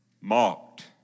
Mocked